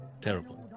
terrible